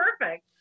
perfect